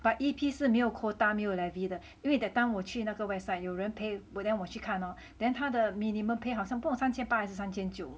but E_P 是没有 quota 没有 levy 的因为 that time 我去那个 website 有人 pay then 我去看咯 then 她的 minimum pay 好像不懂三千八还是三千九